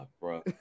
bro